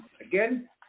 again